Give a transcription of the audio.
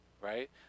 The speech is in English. right